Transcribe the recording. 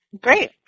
great